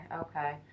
Okay